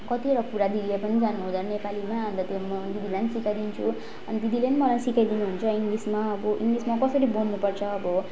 कतिवटा कुरा दिदीले पनि जान्नुहुँदैन नेपालीमा अन्त त्यो म दिदीलाई पनि सिकाइदिन्छु अन्त दिदीले पनि मलाई सिकाइदिनुहुन्छ इङ्ग्लिसमा अब इङ्ग्लिसमा कसरी बोल्नुपर्छ अब